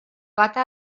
toate